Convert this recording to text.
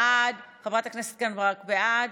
בעד, חברת הכנסת קרן ברק, בעד,